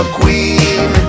queen